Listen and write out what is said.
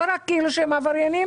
לא רק שהם עבריינים